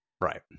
Right